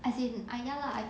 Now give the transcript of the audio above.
as in I ya lah I